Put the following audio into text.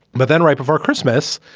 but then right before christmas,